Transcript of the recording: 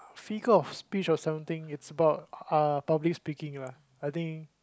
figure of speech speech of something it's about uh public speaking lah I think